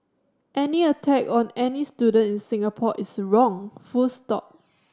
any attack on any student in Singapore is wrong full stop